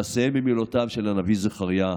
אסיים במילותיו של הנביא זכריה: